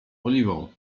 oliwą